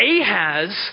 Ahaz